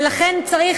צריך